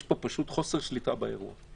יש פה חוסר שליטה באירוע.